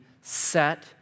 set